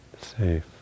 safe